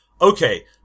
okay